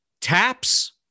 TAPS